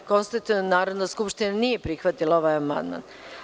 Konstatujem da Narodna skupština nije prihvatila ovaj amandman.